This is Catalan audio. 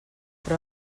però